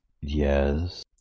Yes